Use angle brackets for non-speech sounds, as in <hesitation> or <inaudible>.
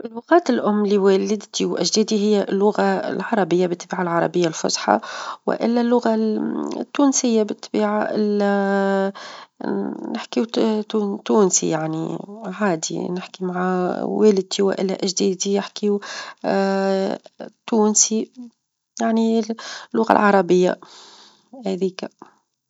اللغات الأم لوالدتي، وأجدادى هي اللغة العربية بالطبيعة العربية الفصحى، والا اللغة <hesitation> التونسية بالطبيعة <hesitation> نحكي -تو- تونسي يعني عادي نحكي مع والدتي، ولا أجدادى يحكيو <hesitation> تونسي يعني اللغة العربية هذيك.